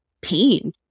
pain